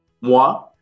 Moi